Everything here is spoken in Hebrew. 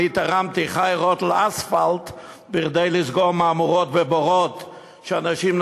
אני תרמתי ח"י רוטל אספלט כדי לסגור מהמורות ובורות שאנשים,